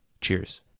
Cheers